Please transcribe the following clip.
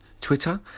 Twitter